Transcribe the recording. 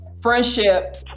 friendship